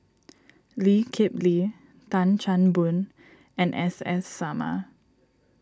Lee Kip Lee Tan Chan Boon and S S Sarma